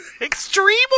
Extreme